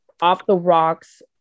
off-the-rocks